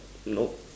no